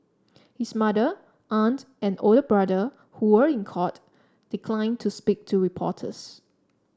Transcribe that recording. his mother aunt and older brother who were in court declined to speak to reporters